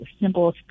simple